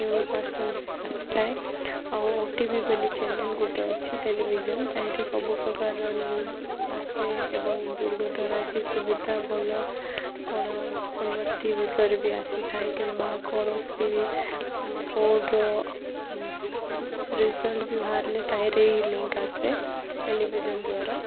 news ଆସିଥାଏ ଆଉ O T V ବୋଲି ଚ୍ୟାନେଲ ଗୋଟେ ଅଛି ଟେଲିଭିଜନ ତହିଁରେ ସବୁ ପ୍ରକାର ନ୍ୟୁଜ ଆସେ ଏବଂ ଦୁର୍ଘଟଣା କି ସୁବିଧା ଭଲ କ'ଣ ଉନ୍ନତି ବିଷୟରେ ବି ଆସିଥାଏ କିମ୍ବା କୌଣସି ବୋର୍ଡର୍ ରେଜଲ୍ଟ ବି ବାହାରିଲେ ତହିଁରେ ଏଇ ଲିଙ୍କ ଆସେ ଟେଲିଭିଜନ୍ ଦ୍ୱାରା